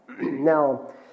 Now